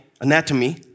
anatomy